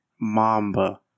Mamba